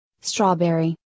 strawberry